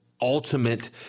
ultimate